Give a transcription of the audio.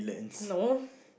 no